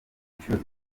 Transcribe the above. inshuro